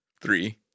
three